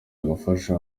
gufasha